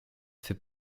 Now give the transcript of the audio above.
fait